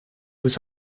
was